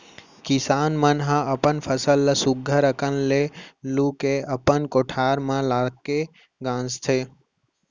किसान मन ह अपन फसल ल सुग्घर अकन ले लू के अपन कोठार म लाके गांजथें